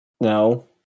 No